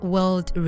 World